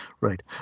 right